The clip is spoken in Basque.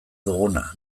duguna